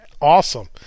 awesome